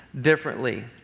differently